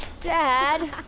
Dad